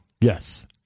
Yes